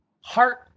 heart